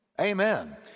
amen